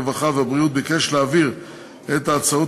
הרווחה והבריאות ביקש להעביר את ההצעות